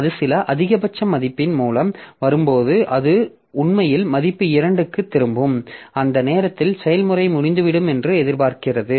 அது சில அதிகபட்ச மதிப்பின் மூலம் வரும்போது அது உண்மையில் மதிப்பு 2 க்குத் திரும்பும் அந்த நேரத்தில் செயல்முறை முடிந்துவிடும் என்று எதிர்பார்க்கிறது